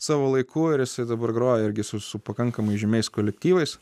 savo laiku ir jisai dabar groja irgi su pakankamai žymiais kolektyvais